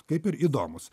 kaip ir įdomūs